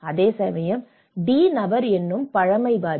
அதேசமயம் டி நபர் இன்னும் பழமைவாதி